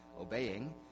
obeying